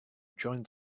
joined